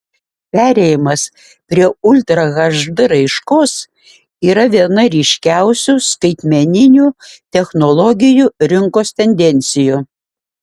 perėjimas prie ultra hd raiškos yra viena ryškiausių skaitmeninių technologijų rinkos tendencijų